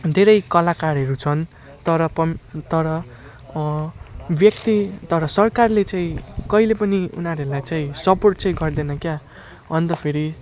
धेरै कलाकारहरू छन् तर पन् तर व्यक्ति तर सरकारले चाहिँ कहिले पनि उनीहरूलाई चाहिँ सपोर्ट चाहिँ गर्दैन क्या अन्त फेरि